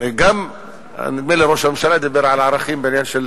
נדמה לי שראש הממשלה דיבר על ערכים בעניין של